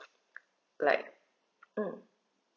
like mm